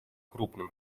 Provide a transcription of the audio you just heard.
крупным